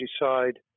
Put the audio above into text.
decide